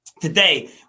today